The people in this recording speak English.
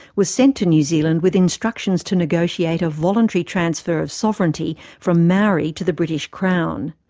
was sent to new zealand with instructions to negotiate a voluntary transfer of sovereignty from maori to the british crown.